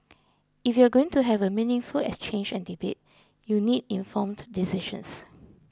if you're going to have a meaningful exchange and debate you need informed decisions